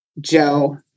Joe